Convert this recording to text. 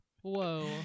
Whoa